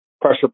pressure